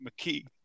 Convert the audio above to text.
McKee